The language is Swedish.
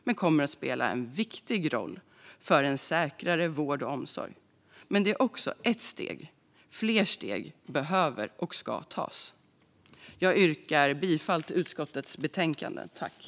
Det kommer dock att spela en viktig roll för en säkrare vård och omsorg. Men det är också ett steg; fler steg behöver och ska tas. Jag yrkar bifall till utskottets förslag i betänkandet.